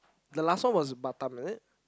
the last one was Batam is it